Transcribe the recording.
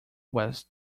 was